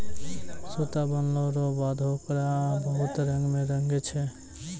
सूता बनलो रो बाद होकरा बहुत रंग मे रंगै छै